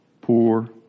poor